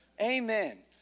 Amen